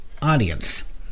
Audience